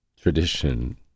tradition